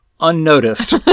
unnoticed